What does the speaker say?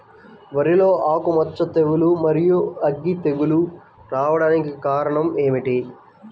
వరిలో ఆకుమచ్చ తెగులు, మరియు అగ్గి తెగులు రావడానికి కారణం ఏమిటి?